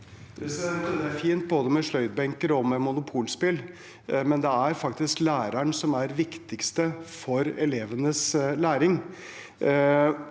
Det er fint både med sløydbenker og med Monopol-spill, men det er faktisk læreren som er det viktigste for elevenes læring.